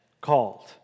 called